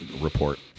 report